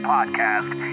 Podcast